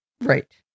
Right